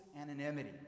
anonymity